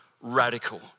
radical